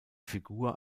figur